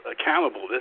accountable